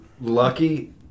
lucky